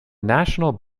national